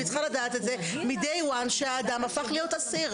והיא צריכה לדעת את זה מרגע שהאדם הפך להיות אסיר.